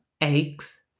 eggs